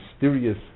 mysterious